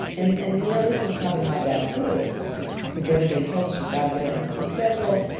and and, you know, this is probably my bad, too. it's it's cause everybody told us, you've got to get her on a normal schedule.